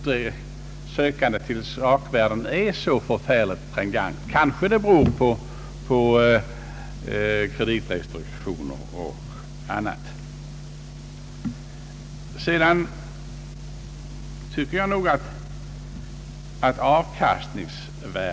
Denna strävan till sakvärden är inte särskilt pregnant, kanske beroende på kreditrestriktionerna. Utvecklingen på börsen de senaste månaderna visar på att tendensen snarast går i motsatt riktning.